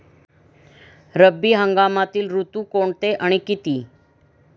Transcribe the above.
रब्बी हंगामातील ऋतू कोणते आणि किती?